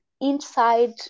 inside